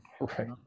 Okay